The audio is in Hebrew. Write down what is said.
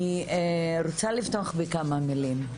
אני רוצה לפתוח בכמה מלים.